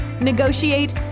negotiate